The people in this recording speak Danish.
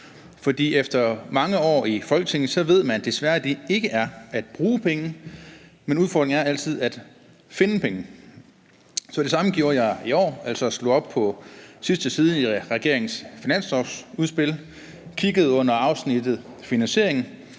For efter mange år i Folketinget ved man, at det svære ikke er at bruge penge, men udfordringen er altid at finde penge. Så det samme gjorde jeg i år, altså slog op på sidste side i regeringens finanslovsudspil, kiggede under afsnittet finansiering,